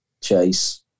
Chase